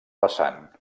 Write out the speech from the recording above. vessant